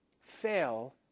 fail